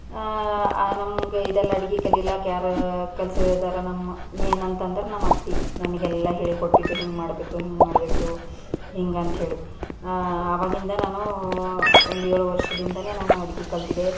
ನಮಗೆ ಇದೆಲ್ಲ ಅಡುಗೆ ಕಲೀಲಾಕ್ಕ ಯಾರು ಕಲ್ಸಿದ್ದಾರ ನಮ್ಮ ಮೇಯ್ನಂತಂದ್ರೆ ನಮ್ಮತ್ತೆ ನನಗೆಲ್ಲ ಹೇಳ್ಕೊಟ್ಟಿದ್ದು ಹಿಂಗೆ ಮಾಡಬೇಕು ಹಿಂಗೆ ಮಾಡಬೇಕು ಹಿಂಗೆ ಅಂಥೇಳಿ ಆವಾಗಿಂದ ನಾನು ಒಂದು ಏಳು ವರ್ಷದಿಂದಲೇ ನಾನು ಅಡುಗೆ ಕಲಿತಿದ್ದೆ